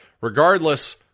Regardless